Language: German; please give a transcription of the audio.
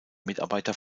mitarbeiter